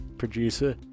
Producer